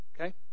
Okay